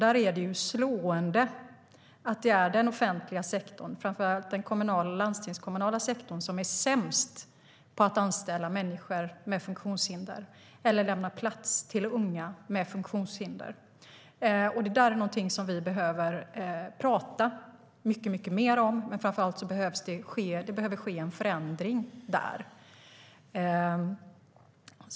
Det är slående att det är den offentliga sektorn, framför allt den kommunala och landstingskommunala sektorn, som är sämst på att anställa människor med funktionshinder eller lämna plats till unga med funktionshinder. Det är någonting som vi behöver prata mycket mer om, men framför allt behöver det ske en förändring.